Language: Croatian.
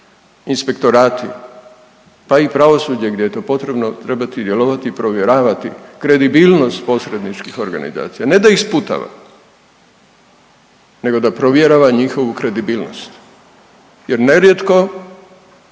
inspektorati, pa i pravosuđe gdje je to potrebno trebati djelovati i provjeravati kredibilnost posredničkih organizacija, ne da ih sputava nego da provjerava njihovu kredibilnost jer nerijetko